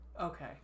Okay